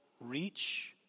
reach